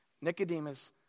Nicodemus